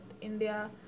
India